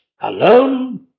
alone